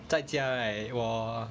在家 right 我